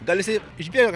gal jisai išbėga